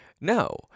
No